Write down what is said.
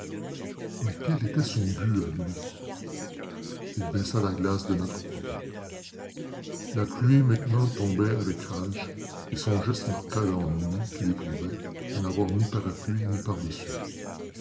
mais quel était son but à lui il baissa la glace de notre côté la pluie maintenant tombait avec rage et son geste marqua l'ennui qu'il éprouvait à n'avoir ni parapluie ni pardessus